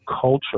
culture